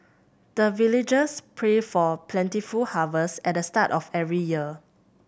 the villagers pray for plentiful harvest at the start of every year